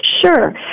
Sure